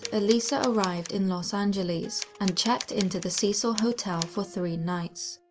elisa arrived in los angeles and checked into the cecil hotel for three nights.